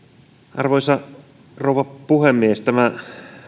arvoisa rouva puhemies tämä